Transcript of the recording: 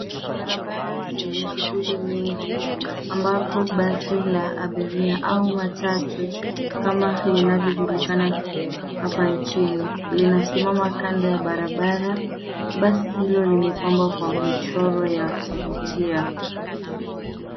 Barabara yenye shughuli nyingi ambapo basi la abiria au matatu kama linavyojulikana hapa nchini linasimama kando ya barabara. Basi hilo limepambwa kwa michoro ya kuvutia.